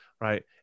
right